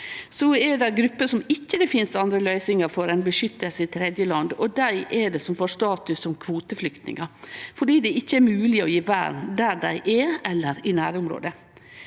Så er det ei gruppe det ikkje finst andre løysingar for enn beskyttelse i tredjeland. Det er dei som får status som kvoteflyktningar, fordi det ikkje er mogleg å gje vern der dei er, eller i nærområdet.